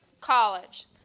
college